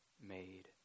made